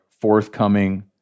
forthcoming